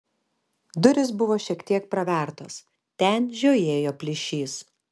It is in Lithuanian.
durys buvo šiek tiek pravertos ten žiojėjo plyšys